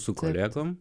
su kolegom